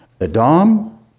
Adam